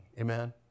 Amen